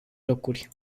locuri